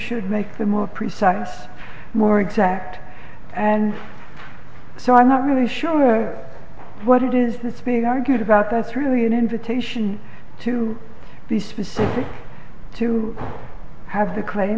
should make the more precise more exact and so i'm not really sure what it is being argued about that's really an invitation to be specific to have the